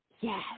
Yes